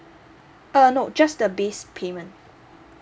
uh no just the base payment